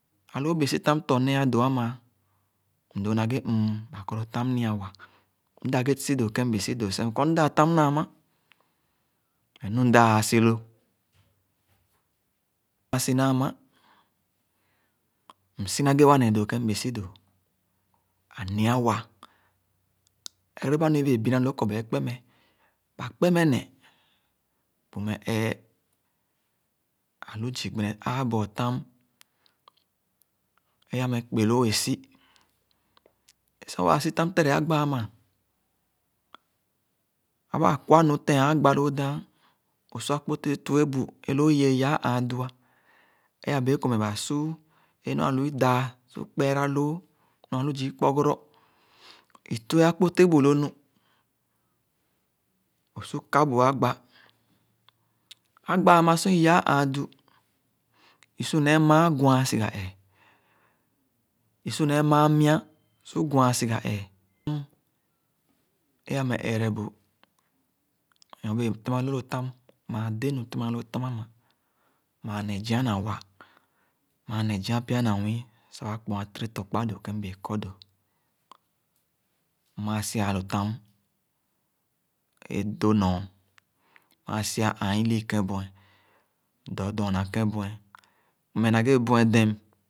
Ãlo bẽẽ sitam tɔ nẽẽ do ãma, mdoo na ghe mon, ba kɔr lo tam nia wa, mdáp ghe si do kèn mbẽẽ si do seh, mkɔr mdãã tam naama, ne nu mda ãã si lo, nu mda ãã si naa ma msi na ghe wa neh dõõ kẽn mbee si dõ. Ãnia wa, ereba nu ibee biina lõõ kɔr ba ẽ kpo meh, ba kpe meh ne, bu meh ẽẽ. Ãlu zii ghene aabɔɔ tam é ameh kpeloo é si Sor waa sitam tere agba ãmã, aba ãkwa nu te-an agbá lõõ dàẽn õ sua akpoteh twue bu é loo iyee yaa ãã du ã, é abẽẽ kɔr ba su é nua lu idãã kpɛɛra loo nua lu zii kpɔgɔrɔ, i twue akpotẽh bu lo nu, õ su kã bu agba. Agba ãmã sor i-yaa ãã du, i su nee mããn gwããn siga èè, i su nee mããn mya gwããn siga ẽẽ. Mm é ameh ẽẽre bu? Nyorn nẽẽ tẽma lõõ lo tam, maa de nu tèma loo tam ãmã. Mãã ne zia na wa, maa ne zia pya na nwii sah wa kpoa tèré tɔkpa dõõ ken mbẽẽ kɔr dõ. Mmaa si-a lo tam ẽ do-nɔr, maa si-a ããn ilii jé-bueh dɔdɔɔna kẽbueh, mmeh na ghe bueh dem.